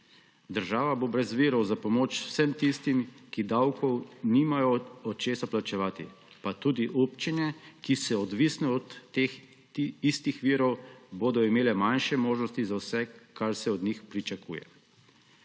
Država bo brez virov za pomoč vsem tistim, ki davkov nimajo od česa plačevati, pa tudi občine, ki so odvisne od teh istih virov, bodo imele manjše možnosti za vse, kar se od njih pričakuje.